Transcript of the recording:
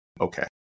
okay